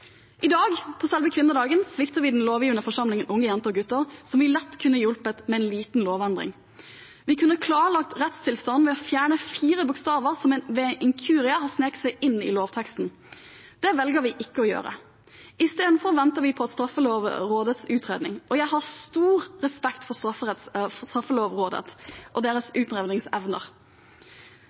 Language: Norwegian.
I dag – på selve kvinnedagen – svikter vi, den lovgivende forsamling, unge jenter og gutter som vi lett kunne ha hjulpet med en liten lovendring. Vi kunne ha klarlagt rettstilstanden ved å fjerne fire bokstaver som ved en inkurie har sneket seg inn i lovteksten. Det velger vi ikke å gjøre. Istedenfor venter vi på Straffelovrådets utredning. Jeg har stor respekt for Straffelovrådet og deres utredningsevner,